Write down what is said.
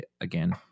again